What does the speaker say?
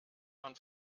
man